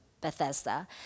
Bethesda